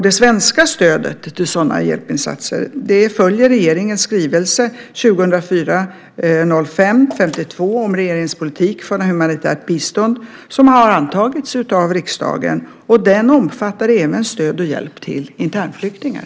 Det svenska stödet till sådana hjälpinsatser följer regeringens skrivelse 2004/05:52 om regeringens politik för humanitärt bistånd som har antagits av riksdagen. Den omfattar även stöd och hjälp till internflyktingar.